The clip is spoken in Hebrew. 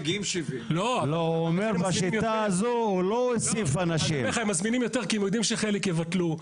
ומגיעים 70. הם מזמינים יותר כי הם יודעים שחלק יבטלו,